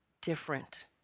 different